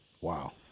Wow